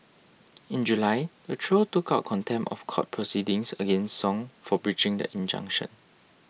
in July the trio took out contempt of court proceedings against Song for breaching the injunction